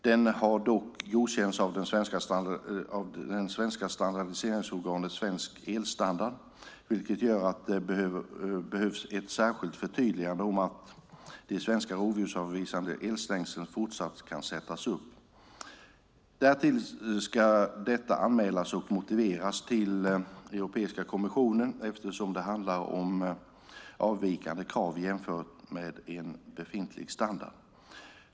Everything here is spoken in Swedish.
Den har dock godkänts av det svenska standardiseringsorganet Svensk Elstandard, vilket gör att det behövs ett särskilt förtydligande om att de svenska rovsdjursavvisande elstängslen fortsatt kan sättas upp. Därtill ska detta anmälas och motiveras till Europeiska kommissionen eftersom det handlar om avvikande krav jämfört med en befintlig standard.